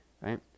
right